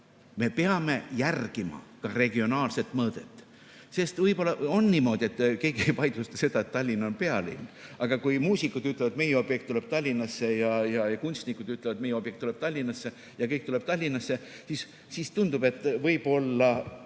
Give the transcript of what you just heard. me peame järgima ka regionaalset mõõdet. Võib-olla on niimoodi – keegi ei vaidlusta seda, et Tallinn on pealinn –, et kui muusikud ütlevad, et meie objekt tuleb Tallinnasse, ja kunstnikud ütlevad, et meie objekt tuleb Tallinnasse, ja kõik tuleb Tallinnasse, siis tundub, et võib-olla